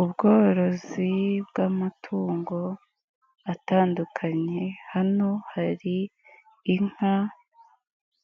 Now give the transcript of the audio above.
Ubworozi bw'amatungo atandukanye, hano hari inka,